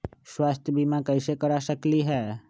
स्वाथ्य बीमा कैसे करा सकीले है?